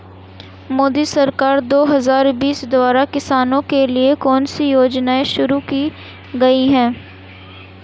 मोदी सरकार दो हज़ार बीस द्वारा किसानों के लिए कौन सी योजनाएं शुरू की गई हैं?